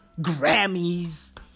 Grammys